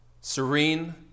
serene